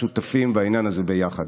שותפים בעניין הזה ביחד.